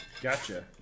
Gotcha